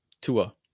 Tua